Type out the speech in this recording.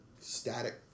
static